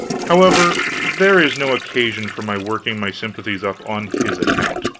however, there is no occasion for my working my sympathies up on his account.